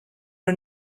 are